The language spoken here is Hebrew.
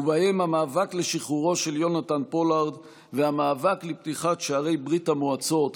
ובהם המאבק לשחרורו של יונתן פולארד והמאבק לפתיחת שערי ברית המועצות